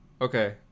Okay